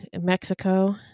Mexico